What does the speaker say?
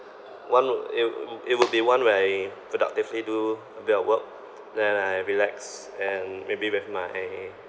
one would it would it would be one where I productively do a bit of work then I relax and maybe with my